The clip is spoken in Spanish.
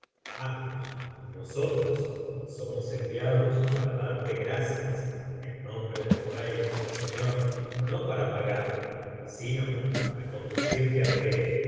ang nosotros somos enviados para darte gracias en nombre del rey nuestro señor no para pagarte sino para conducirte ante